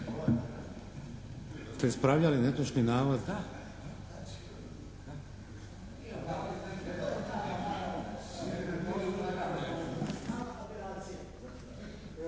je ispravljao netočni navod